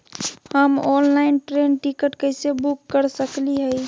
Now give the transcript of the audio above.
हम online train ticket कैसे book कर सकली हई?